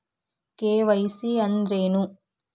KYC ಅಂದ್ರೇನು?